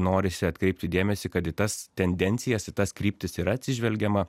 norisi atkreipti dėmesį kad į tas tendencijas į tas kryptis yra atsižvelgiama